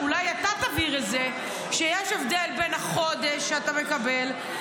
אולי אתה תבהיר שיש הבדל בין החודש שאתה מקבל,